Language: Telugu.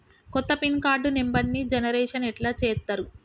కొత్త పిన్ కార్డు నెంబర్ని జనరేషన్ ఎట్లా చేత్తరు?